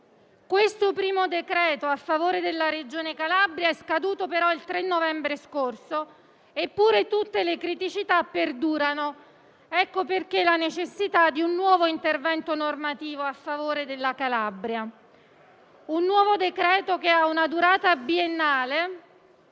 Il primo decreto a favore della Regione Calabria è scaduto però il 3 novembre scorso, eppure tutte le criticità perdurano. Per questo c'è la necessità di un nuovo intervento normativo a favore della Calabria, un nuovo decreto-legge con durata biennale